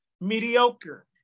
mediocre